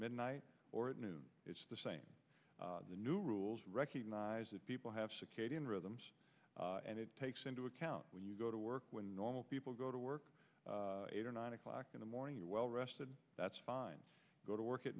midnight or at noon it's the same the new rules recognize that people have rhythm and it takes into account when you go to work when normal people go to work eight or nine o'clock in the morning you're well rested that's fine go to work at